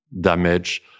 damage